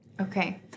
Okay